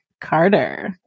Carter